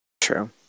true